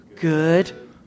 good